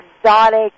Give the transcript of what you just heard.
exotic